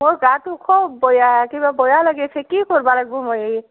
মোৰ গাটো খুব বেয়া কিবা বেয়া লাগি আছে কি কৰিব লাগিব মই